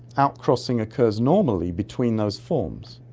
outcrossing occurs normally between those forms,